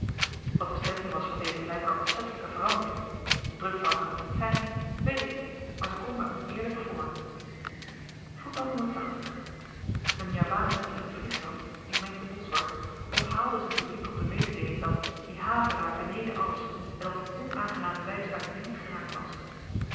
wat de strekking was van deze blykbaar opzettelyke verandering n drukfout kan t niet zyn weet ik niet maar ze komt my oneerlyk voor een javaannutter in friesland ik meen te bolsward onthaalde z'n publiek op de mededeeling dat die havelaar beneden alles en op n onaangename wys uit den dienst geraakt was